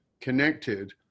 connected